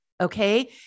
Okay